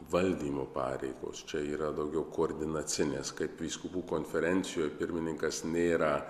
valdymo pareigos čia yra daugiau koordinacinės kaip vyskupų konferencijos pirmininkas nėra